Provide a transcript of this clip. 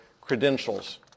credentials